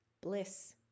Bliss